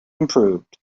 improved